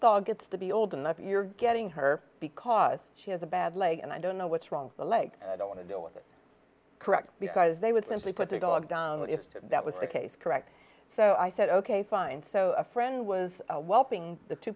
dog gets to be old enough you're getting her because she has a bad leg and i don't know what's wrong the leg and i don't want to deal with it correct because they would simply put their dog that was the case correct so i said ok fine so a friend was a well paying the two